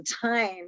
time